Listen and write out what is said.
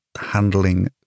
handling